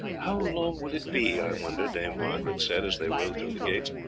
how long will it be, i wonder, dame margaret said, as they rode through the gates,